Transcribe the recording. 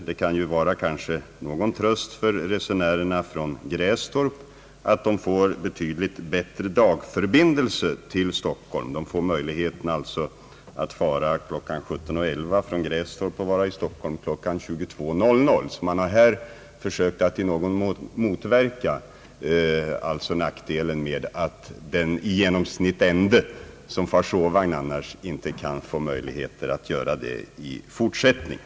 Det kan ju vara någon tröst för resenärerna från Grästorp att de får betydligt bättre dagförbindelser till Stockholm. De får möjlighet att fara från Grästorp kl. 17.11 och vara i Stockholm 22.00. På det sättet har man försökt att i någon mån motverka nackdelen för den i genomsnitt ende, som önskar ta sovvagn men inte får möjlighet att göra det i fortsättningen.